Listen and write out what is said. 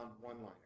one-liner